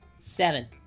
Seven